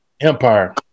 empire